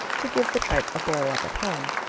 to give the tripe a boil up at home,